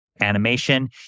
animation